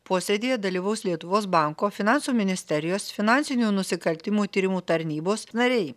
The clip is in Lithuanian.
posėdyje dalyvaus lietuvos banko finansų ministerijos finansinių nusikaltimų tyrimų tarnybos nariai